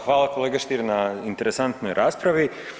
Hvala kolega Stier na interesantnoj raspravi.